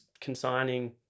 consigning